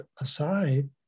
aside